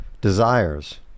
desires